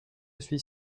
suis